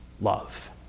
love